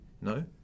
No